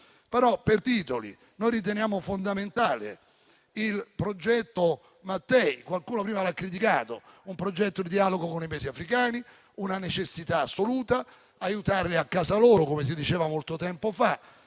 per titoli. Noi riteniamo fondamentale il progetto Mattei - qualcuno prima l'ha criticato - che è di dialogo con i Paesi africani. Una necessità assoluta: aiutarli a casa loro, come si diceva molto tempo fa.